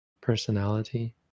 personality